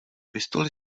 pistoli